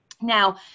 Now